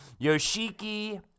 Yoshiki